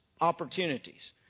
opportunities